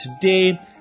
today